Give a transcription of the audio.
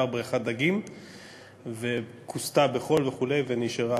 הצעת חוק שיקום שכונות דרום תל-אביב ותמריצים